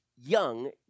young